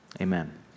amen